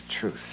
truth